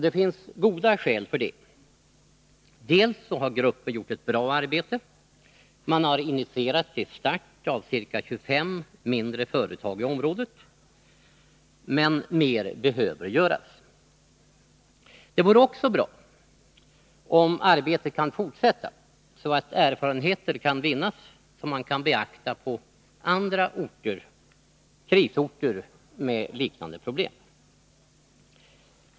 Det finns goda skäl för detta. Gruppen har gjort ett bra arbete; man har initierat till start av ca 25 mindre företag i området. Men mer behöver göras. Det vore också bra om arbetet kunde fortsätta, så att erfarenheter kan vinnas som man kan beakta på andra krisorter med liknande problem.